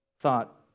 thought